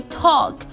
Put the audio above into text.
talk